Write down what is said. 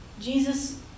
Jesus